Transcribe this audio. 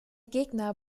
gegner